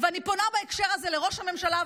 אני פונה בהקשר הזה לראש הממשלה,